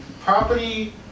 property